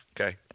okay